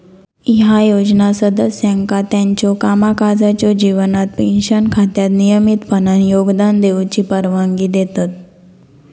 ह्या योजना सदस्यांका त्यांच्यो कामकाजाच्यो जीवनात पेन्शन खात्यात नियमितपणान योगदान देऊची परवानगी देतत